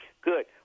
Good